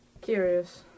Curious